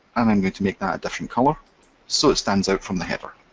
and i'm going to make that a different color so it stands out from the header.